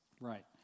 Right